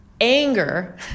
anger